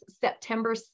September